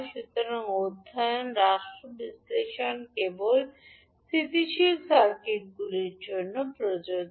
সুতরাং স্টেট বিশ্লেষণ অধ্যয়ন কেবল স্থিতিশীল সার্কিটগুলির জন্য প্রযোজ্য